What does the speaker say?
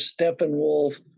Steppenwolf